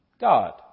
God